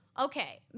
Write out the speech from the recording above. Okay